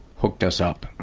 hooked us up.